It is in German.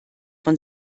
von